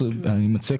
אני מציע,